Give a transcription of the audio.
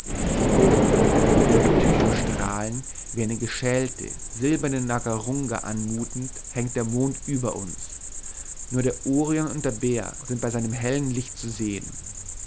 hoch und mit seinen tychostrahlen wie eine geschälte silberne nagarunga anmutend hängt der mond über uns nur der orion und der bär sind bei seinem hellen licht zu sehen